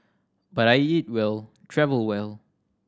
but I eat well travel well